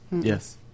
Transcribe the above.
Yes